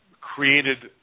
created